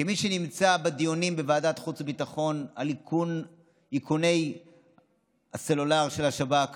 כמי שנמצא בדיונים בוועדת החוץ והביטחון על איכוני הסלולר של השב"כ